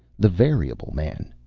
the variable man!